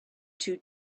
two